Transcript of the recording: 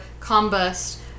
combust